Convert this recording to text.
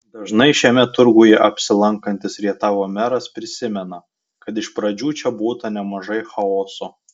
dažnai šiame turguje apsilankantis rietavo meras prisimena kad iš pradžių čia būta nemažai chaoso